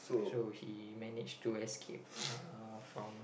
so he manage to escape uh from